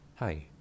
Hi